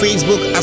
Facebook